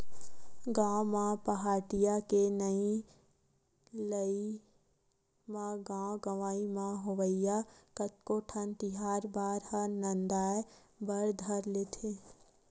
गाँव म पहाटिया के नइ लगई म गाँव गंवई म होवइया कतको ठन तिहार बार ह नंदाय बर धर लेथे